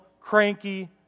cranky